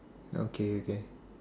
okay okay